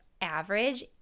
average